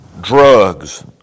drugs